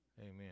Amen